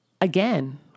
again